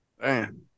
man